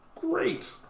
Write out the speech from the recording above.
Great